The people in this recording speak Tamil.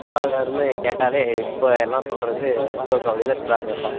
சுதாகர்னு கேட்டாலே இப்போ எல்லாம் சொல்வது ப்ரோ கபடியில் சுதாகர் தான்